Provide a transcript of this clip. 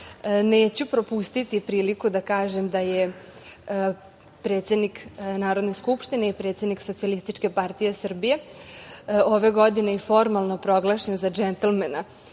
neću propustiti priliku da kažem da je predsednik Narodne skupštine i predsednik SPS ove godine i formalno proglašen za džentlmena